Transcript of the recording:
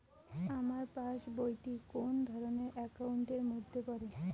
আমার পাশ বই টি কোন ধরণের একাউন্ট এর মধ্যে পড়ে?